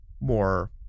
more